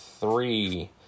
three